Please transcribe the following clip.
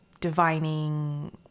divining